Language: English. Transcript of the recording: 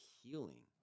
healing